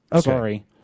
sorry